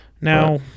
Now